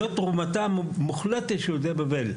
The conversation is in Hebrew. זוהי תרומתה המוחלטת של יהודי בבל.